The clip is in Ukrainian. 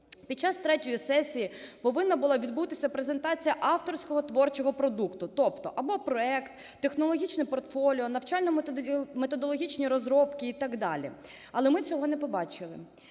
Під час 3-ї сесії повинна була відбутися презентація авторського творчого продукту, тобто або проект, технологічне портфоліо, навчально-методологічні розробки і так далі. Але ми цього не побачили.